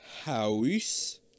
House